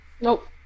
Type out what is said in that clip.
Nope